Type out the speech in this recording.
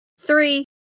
Three